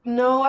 no